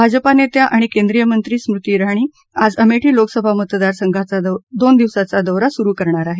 भाजपा नेत्या आणि केंद्रीय मंत्री स्मृती जिणी आज अमेठी लोकसभा मतदार संघाचा दोन दिवसांचा दौरा सुरु करणार आहेत